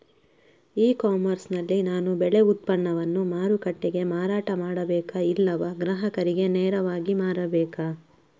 E commerce ನಲ್ಲಿ ನಾನು ಬೆಳೆ ಉತ್ಪನ್ನವನ್ನು ಮಾರುಕಟ್ಟೆಗೆ ಮಾರಾಟ ಮಾಡಬೇಕಾ ಇಲ್ಲವಾ ಗ್ರಾಹಕರಿಗೆ ನೇರವಾಗಿ ಮಾರಬೇಕಾ?